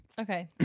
Okay